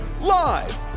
live